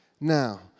Now